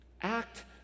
Act